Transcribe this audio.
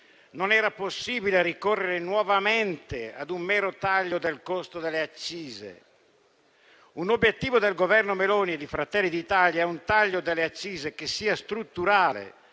non era possibile ricorrere nuovamente a un mero taglio del costo delle accise. Un obiettivo del Governo Meloni e di Fratelli d'Italia è un taglio delle accise che sia strutturale,